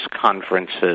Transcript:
conferences